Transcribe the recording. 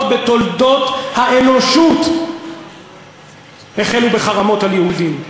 בתולדות האנושות החלו בחרמות על יהודים.